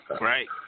Right